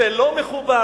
זה לא מכובד,